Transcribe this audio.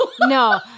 no